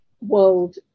world